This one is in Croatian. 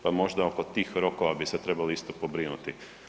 Pa možda oko tih rokova bi se trebalo isto pobrinuti.